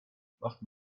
macht